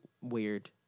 Weird